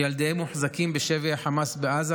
שילדיהם מוחזקים בשבי החמאס בעזה,